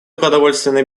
продовольственной